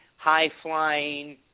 high-flying